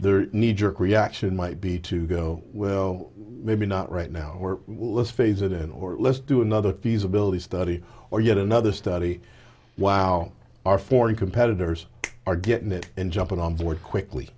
their need jerk reaction might be to go well maybe not right now or let's face it in order let's do another feasibility study or yet another study wow our foreign competitors are getting it and jumping on board quickly